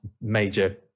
major